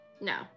No